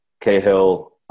Cahill